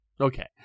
Okay